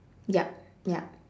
ya ya